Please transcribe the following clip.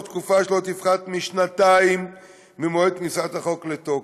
תקופה שלא תפחת משנתיים ממועד כניסת החוק לתוקף.